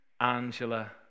Angela